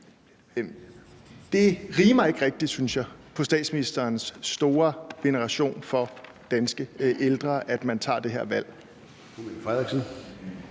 Det rimer ikke rigtig, synes jeg, på statsministerens store veneration for danske ældre, at man foretager det her valg.